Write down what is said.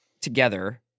together